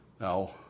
Now